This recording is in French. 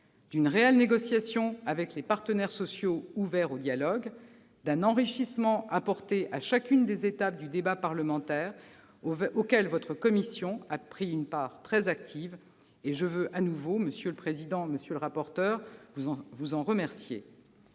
d'une réelle négociation avec les partenaires sociaux ouverts au dialogue, d'un enrichissement apporté à chacune des étapes du débat parlementaire auquel votre commission a pris une part très active- je veux de nouveau, monsieur le président Maurey, monsieur le rapporteur, vous en remercier.